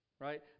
right